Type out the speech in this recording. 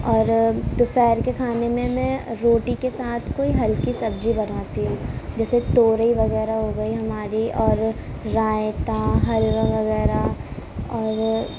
اور دوپہر کے کھانے میں میں روٹی کے ساتھ کوئی ہلکی سبزی بناتی ہوں جیسے تورئی وغیرہ ہو گئی ہماری اور رائتہ حلوہ وغیرہ اور